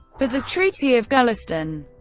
but the treaty of gulistan.